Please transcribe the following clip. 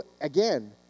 again